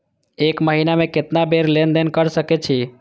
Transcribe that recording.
एक महीना में केतना बार लेन देन कर सके छी?